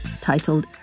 titled